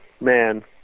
man